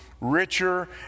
richer